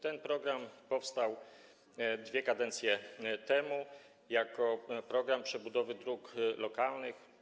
Ten program powstał dwie kadencje temu jako program przebudowy dróg lokalnych.